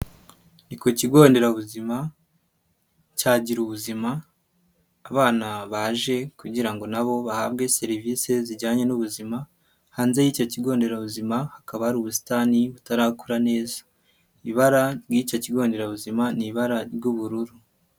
Ni ku kigo nderabuzima cya Gira ubuzima abana baje kugira na bo bahabwe serivisi zijyanye n'ubuzima, hanze y'icyo kigo nderabuzima hakaba hari ubusitani butarakura neza, ibara ry'icyo kigo nderabuzima ni ibara ry'ubururu.